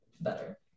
better